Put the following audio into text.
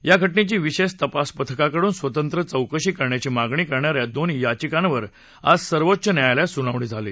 या घटनेची विशेष तपास पथकाकडून स्वतंत्र चौकशी करण्याची मागणी करणाऱ्या दोन याचिकावर आज सर्वोच्च न्यायालयात सुनावणी झाली